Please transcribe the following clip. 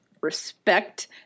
respect